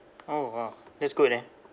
oh !wah! that's good eh